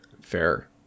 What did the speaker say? Fair